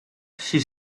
she